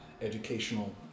educational